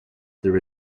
there